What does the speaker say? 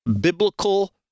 biblical